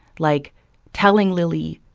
like telling lily,